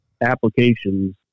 applications